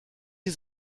die